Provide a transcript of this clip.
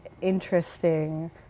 interesting